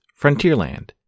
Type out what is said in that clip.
Frontierland